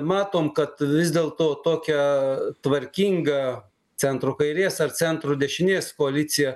matom kad vis dėlto tokia tvarkinga centro kairės ar centro dešinės koalicija